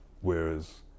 Whereas